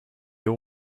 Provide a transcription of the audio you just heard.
all